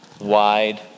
wide